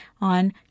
on